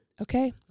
Okay